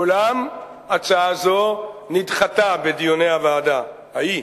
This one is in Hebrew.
אולם הצעה זו נדחתה בדיוני הוועדה ההיא.